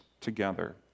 together